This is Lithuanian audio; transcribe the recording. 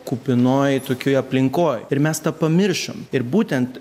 kupinoj tokioj aplinkoj ir mes tą pamiršom ir būtent